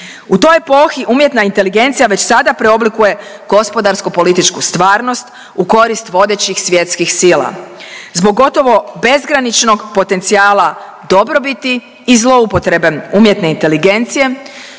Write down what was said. U toj epohi umjetna inteligencija već sada preoblikuje gospodarsku-političku stvarnost u korist vodećih svjetskih sila. Zbog gotovo bezgraničnog potencijala dobrobiti i zloupotrebe umjetne inteligencije,